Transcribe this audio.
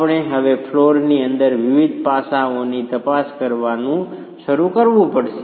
આપણે હવે ફ્લોરની અંદર વિવિધ પાસાઓની તપાસ કરવાનું શરૂ કરવું પડશે